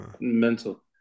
mental